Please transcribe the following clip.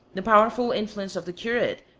the powerful influence of the curate,